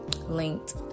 linked